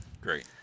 Great